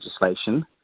legislation